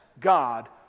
God